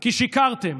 כי שיקרתם.